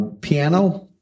piano